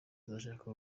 tuzashaka